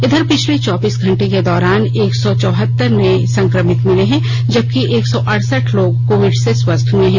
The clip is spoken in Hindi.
इधर पिछले चौबीस घंटे के दौरान एक सौ चौहतर नए संक्रमित मिले हैं जबकि एक सौ अडसठ लोग कोविड से स्वस्थ हए हैं